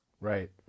right